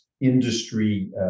industry